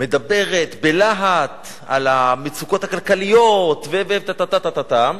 מדברת בלהט על המצוקות הכלכליות וט-ט-ט-ט-ט-טם,